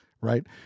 right